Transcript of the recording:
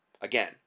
again